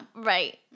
Right